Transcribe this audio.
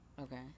Okay